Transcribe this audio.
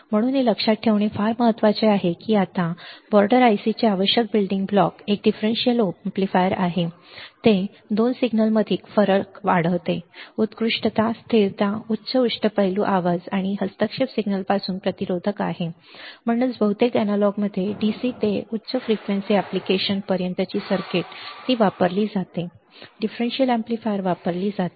म्हणून हे लक्षात ठेवणे फार महत्वाचे आहे की आता बॉर्डर IC चे आवश्यक बिल्डिंग ब्लॉक एक डिफरेंशियल अॅम्प्लीफायर आहे ते 2 सिग्नलमधील फरक वाढवते उत्कृष्ट स्थिरता उच्च अष्टपैलुत्व आवाज आणि हस्तक्षेप सिग्नलपासून प्रतिरोधक आहे आणि म्हणूनच बहुतेक अॅनालॉगमध्ये DC ते उच्च फ्रिक्वेंसी एप्लिकेशन्स पर्यंतची सर्किट ती वापरली जाते डिफरेंशियल अॅम्प्लीफायर वापरली जाते